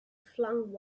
flung